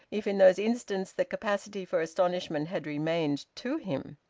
if in those instants the capacity for astonishment had remained to him.